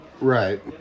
Right